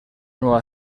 nueva